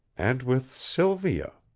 and with sylvia!